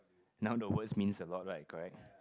now the words means a lot right correct